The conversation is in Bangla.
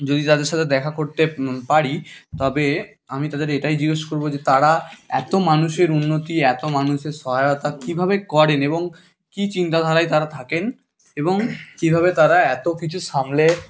যদি তাদের সাথে দেখা করতে পারি তবে আমি তাদের এটাই জিজ্ঞেস করব যে তারা এত মানুষের উন্নতি এত মানুষের সহায়তা কীভাবে করেন এবং কি চিন্তাধারায় তারা থাকেন এবং কীভাবে তারা এত কিছু সামলে